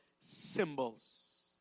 symbols